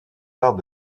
arts